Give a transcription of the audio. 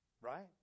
right